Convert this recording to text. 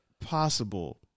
possible